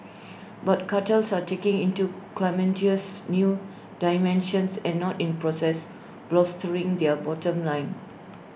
but cartels are taking IT to calamitous new dimensions and not in process bolstering their bottom line